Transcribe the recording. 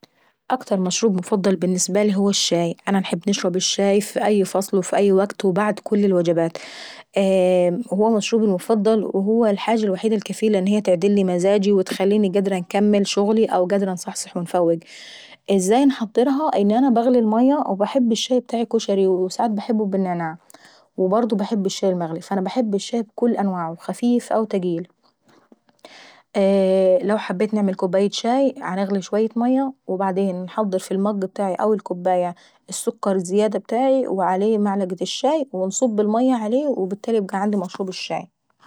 اكتر مشروب مفضل بالنسبة هو الشاي، انا باحب نشرب الشاي في أي فصل وف أي وكت وبعد كل الوجبات، اييه هو مشروي المفضل وهو الحاجة الوحيدة الكفيلة اللي تعدلي مزاجي وتخليني قادرة نكمل شغلي او قادرة انصحصح وانفوق. تزاي انحضرها؟ ان انا باحب الشاي ابتاعي كشري وساعات باحبه بالنعناع، وبرضو باحب الشاي المغليوانا باحب الشاي بكل انواعه خفيف او تقيل. لو حبيت نعمل كوباية شاي بنغلي اشوية مية وبعدين انحضر ف الماج ابتاعي او الكوباية السكر زيادة ابتاعي وعليه معلقة الشاي وانصب المية عليه وبالتالي يبقى عيندي مشروب الشاي.